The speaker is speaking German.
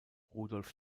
rudolf